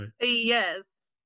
yes